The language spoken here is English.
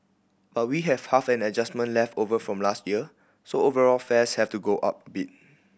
but we have half an adjustment left over from last year so overall fares have to go up bit